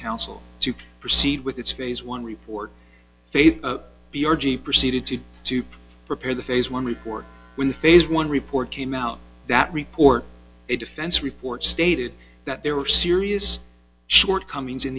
council to proceed with its phase one report fav b r g proceeded to to prepare the phase one report when the phase one report came out that report a defense report stated that there were serious shortcomings in